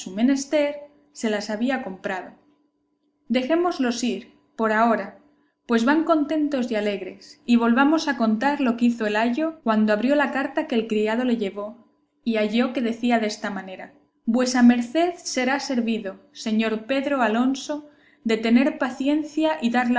menester se las había comprado dejémoslos ir por ahora pues van contentos y alegres y volvamos a contar lo que el ayo hizo cuando abrió la carta que el criado le llevó y halló que decía desta manera vuesa merced será servido señor pedro alonso de tener paciencia y dar